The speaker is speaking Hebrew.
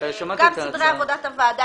גם סדרי עבודת הוועדה,